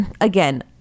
again